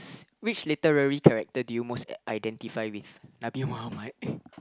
which literary character do you most identify with